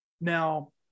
now